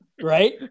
Right